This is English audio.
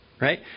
Right